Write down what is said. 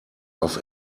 auf